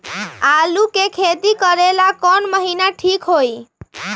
आलू के खेती करेला कौन महीना ठीक होई?